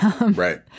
Right